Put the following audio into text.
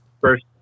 First